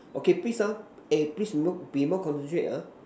okay please ah eh please be more be more concentrate ah